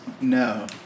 No